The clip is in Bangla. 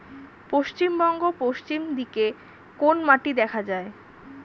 পশ্চিমবঙ্গ পশ্চিম দিকে কোন মাটি দেখা যায়?